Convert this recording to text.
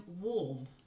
warm